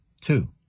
Two